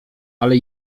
ale